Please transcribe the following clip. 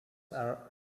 are